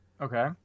Okay